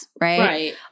Right